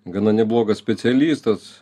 gana neblogas specialistas